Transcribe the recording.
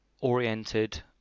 oriented